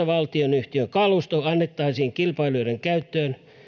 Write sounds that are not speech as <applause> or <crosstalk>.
<unintelligible> valtionyhtiön kalusto annettaisiin kilpailijoiden käyttöön